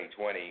2020